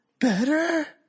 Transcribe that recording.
better